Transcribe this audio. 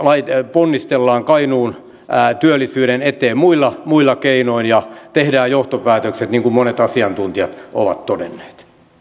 ponnistellaan kainuun työllisyyden eteen muilla muilla keinoin ja tehdään johtopäätökset niin kuin monet asiantuntijat ovat todenneet